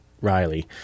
Riley